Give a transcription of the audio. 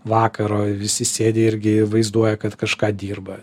vakaro visi sėdi irgi vaizduoja kad kažką dirba